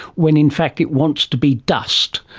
when in fact it wants to be dust.